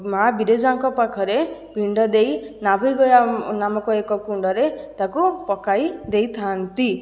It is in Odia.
ମା' ବିରଜାଙ୍କ ପାଖରେ ପିଣ୍ଡ ଦେଇ ନାଭିଗୟା ନାମକ ଏକ କୁଣ୍ଡରେ ତାକୁ ପକାଇଦେଇଥାନ୍ତି